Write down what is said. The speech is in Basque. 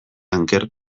anker